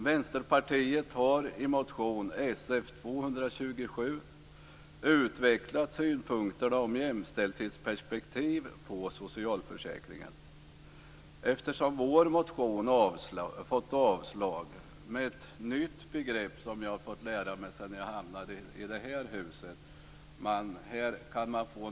Vänsterpartiet har i motion Sf227 utvecklat synpunkterna om jämställdhetsperspektiv på socialförsäkringen. Vår motion får ett s.k. positivt avslag. Det är ett nytt begrepp som jag har fått lära mig i det här huset.